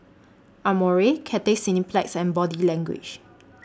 Amore Cathay Cineplex and Body Language